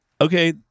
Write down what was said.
okay